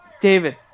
David